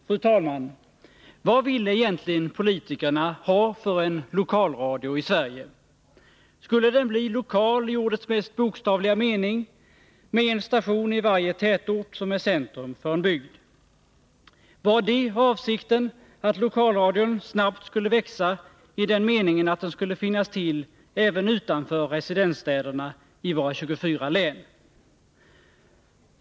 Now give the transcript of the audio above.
Fru talman! Vad ville egentligen politikerna ha för slags lokalradio i Sverige? Skulle den bli lokal i ordets mest bokstavliga mening, med en station i varje tätort som är centrum för en bygd? Var avsikten att lokalradion snabbt skulle växa i den meningen att den skulle finnas till även utanför residensstäderna i våra 24 län?